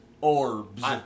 Orbs